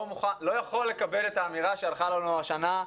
לא יכול לקבל את האמירה שהלכה לנו השנה.